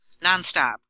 Nonstop